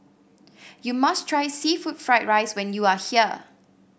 you must try seafood Fried Rice when you are here